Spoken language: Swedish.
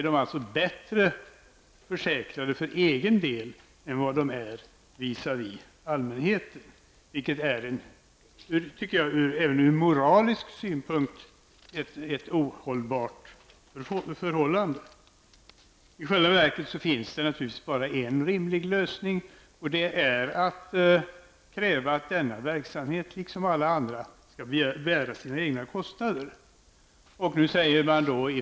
De är bättre försäkrade för egen del än vad de är visa vi allmänheten, vilket jag tycker även ur moralisk synpunkt är ett ohållbart förhållande. I själva verket finns det bara en rimlig lösning, och det är att kräva att denna verksamhet, som alla andra, skall bära sina egna kostnader.